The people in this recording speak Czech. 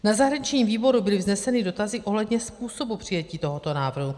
Na zahraničním výboru byly vzneseny dotazy ohledně způsobu přijetí tohoto návrhu.